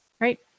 Right